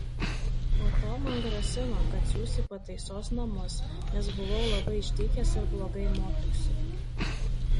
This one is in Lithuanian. po to man grasino kad siųs į pataisos namus nes buvau labai išdykęs ir blogai mokiausi